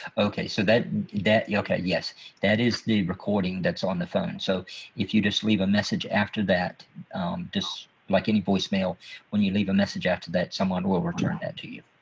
okay so that that okay yes that is the recording that's on the phone so if you just leave a message after that just like any voicemail when you leave a message after that someone will return that to you.